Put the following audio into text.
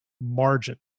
margin